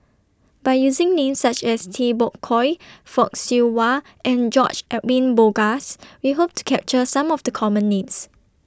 By using Names such as Tay Bak Koi Fock Siew Wah and George Edwin Bogaars We Hope to capture Some of The Common Names